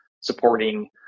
supporting